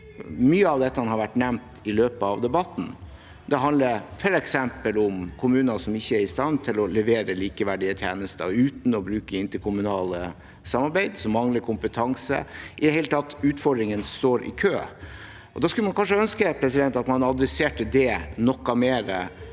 Mye av dette har vært nevnt i løpet av debatten. Det handler f.eks. om kommuner som ikke er i stand til å levere likeverdige tjenester uten å bruke interkommunalt samarbeid, og som mangler kompetanse. I det hele tatt: Utfordringene står i kø. Da skulle man kanskje ønske at det ble adressert noe mer